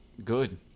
Good